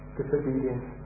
disobedience